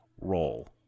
roll